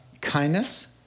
kindness